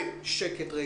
אני מבקש שקט.